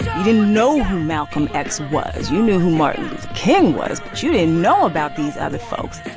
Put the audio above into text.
you didn't know who malcolm x was, you knew who martin king was, but you didn't know about these other folks.